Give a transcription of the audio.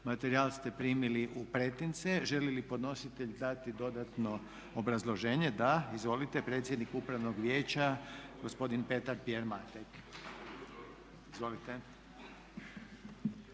Materijal ste primili u pretince. Želi li podnositelj dati dodatno obrazloženje? Da. Izvolite, predsjednik Upravnog vijeća gospodin Petar- Pierre Matek.